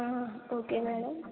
okay madam